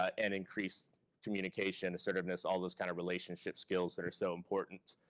and increased communication, assertiveness, all those kind of relationship skills that are so important.